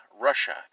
Russia